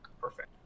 Perfect